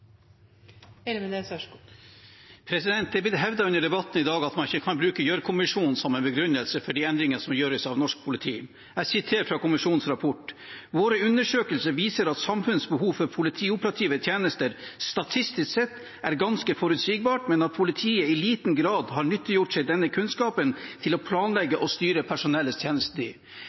Det er blitt hevdet under debatten i dag at man ikke kan bruke Gjørv-kommisjonen som begrunnelse for de endringene som gjøres i norsk politi. Jeg siterer fra kommisjonens rapport: «Våre undersøkelser viser at samfunnets behov for politioperative tjenester, statistisk sett, er ganske forutsigbart, men at politietaten i liten grad har nyttiggjort seg denne kunnskapen til å planlegge og styre personellets tjenestetid.»